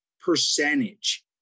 percentage